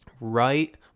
right